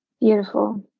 Beautiful